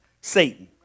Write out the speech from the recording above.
Satan